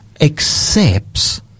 accepts